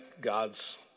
God's